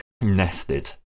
nested